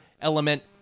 element